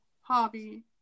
hobby